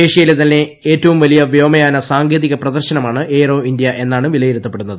ഏഷ്യയിലെ തന്നെ ഏറ്റവും വലിയ വ്യോമയാന സാങ്കേതിക പ്രദർശനമാണ് എയ്റോ ഇന്ത്യ എന്നാണ് വിലയിരുത്തപ്പെടുന്നത്